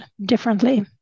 differently